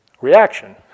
reaction